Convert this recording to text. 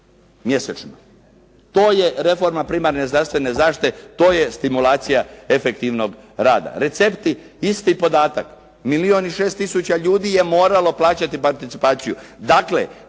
To je reforma primarne zdravstvene zaštite, to je stimulacija efektivnog rada. Recepti, isti podatak. Milijun i 6 tisuća ljudi je moralo plaćati participaciju.